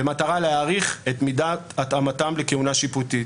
במטרה להעריך את מידת התאמתם לכהונה שיפוטית,